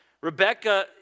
Rebecca